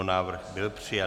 Návrh byl přijat.